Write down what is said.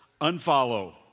Unfollow